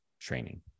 training